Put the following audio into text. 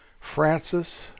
Francis